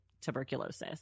tuberculosis